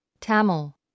Tamil